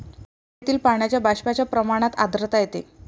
हवेतील पाण्याच्या बाष्पाच्या प्रमाणात आर्द्रता येते